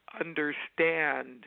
understand